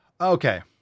Okay